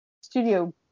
Studio